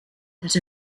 that